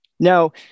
Now